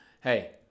hey